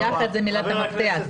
ביחד זו מילת המפתח.